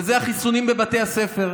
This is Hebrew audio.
וזה החיסונים בבתי הספר.